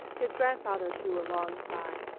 his grandfather drew a long sigh,